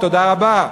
תודה רבה,